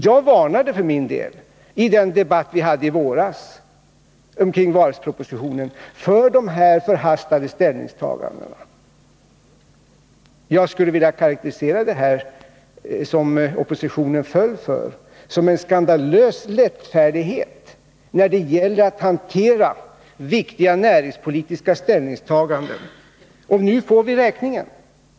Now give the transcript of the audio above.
Jag varnade i den debatt vi hade i våras omkring varvspropositionen för de här förhastade ställningstagandena. Jag skulle vilja karakterisera det som oppositionen föll för som en skandalös lättfärdighet när det gäller att hantera viktiga näringspolitiska ställningstaganden. Och nu får vi räkningen.